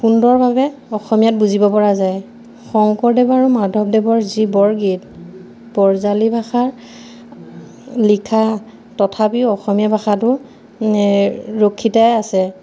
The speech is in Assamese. সুন্দৰভাৱে অসমীয়াত বুজিব পৰা যায় শংকৰদেৱ আৰু মাধৱদেৱৰ যি বৰগীত বজ্ৰাৱলী ভাষাৰ লিখা তথাপিও অসমীয়া ভাষাটো ৰক্ষিতাই আছে